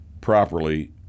properly